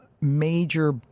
major